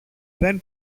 δεν